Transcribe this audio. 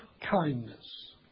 kindness